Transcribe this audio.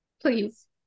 please